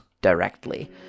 directly